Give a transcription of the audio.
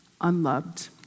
unloved